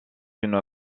une